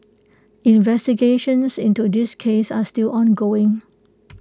investigations into this case are still ongoing